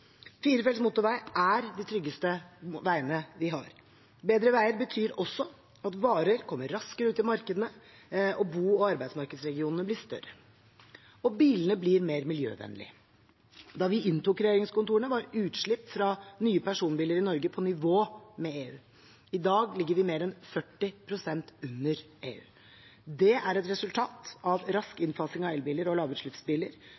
Firefelts motorvei er de tryggeste veiene vi har. Bedre veier betyr også at varer kommer raskere ut i markedene, og bo- og arbeidsmarkedsregionene blir større. Bilene blir mer miljøvennlige. Da vi inntok regjeringskontorene, var utslipp fra nye personbiler i Norge på nivå med EU. I dag ligger vi mer enn 40 pst. under EU. Det er et resultat av rask